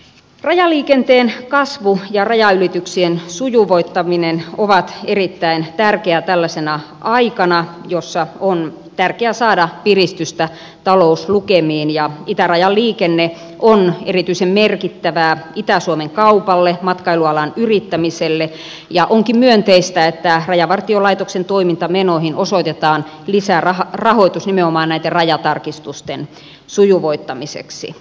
rajaliikenteen kasvu ja rajanylityksien sujuvoittaminen ovat erittäin tärkeitä tällaisena aikana jona on tärkeää saada piristystä talouslukemiin ja itärajan liikenne on erityisen merkittävää itä suomen kaupalle matkailualan yrittämiselle ja onkin myönteistä että rajavartiolaitoksen toimintamenoihin osoitetaan lisärahoitus nimenomaan näitten rajatarkistusten sujuvoittami seksi